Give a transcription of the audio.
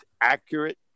accurate